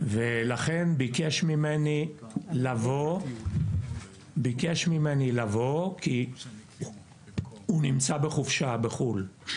ולכן ביקש ממני אהוד סרפיאן משום שהוא נמצא בחופשה בחוץ לארץ